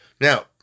Now